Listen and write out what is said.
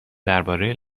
درباره